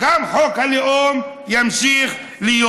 גם חוק הלאום ימשיך להיות.